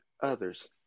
others